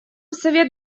совет